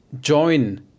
join